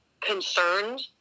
concerned